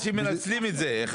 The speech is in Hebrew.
אנשים מנצלים את זה.